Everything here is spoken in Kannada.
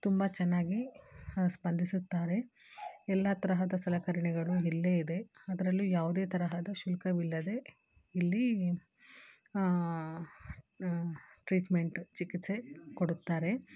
ತುಂಬ ಚೆನ್ನಾಗಿ ಸ್ಪಂದಿಸುತ್ತಾರೆ ಎಲ್ಲ ತರಹದ ಸಲಕರಣೆಗಳು ಇಲ್ಲೇ ಇದೆ ಅದರಲ್ಲೂ ಯಾವುದೇ ತರಹದ ಶುಲ್ಕವಿಲ್ಲದೆ ಇಲ್ಲಿ ಟ್ರೀಟ್ಮೆಂಟು ಚಿಕಿತ್ಸೆ ಕೊಡುತ್ತಾರೆ